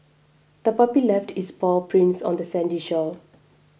the puppy left its paw prints on the sandy shore